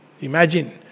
Imagine